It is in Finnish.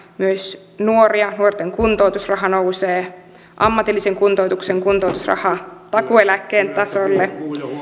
myös nuoria nuorten kuntoutusraha nousee ammatillisen kuntoutuksen kuntoutusraha takuueläkkeen tasolle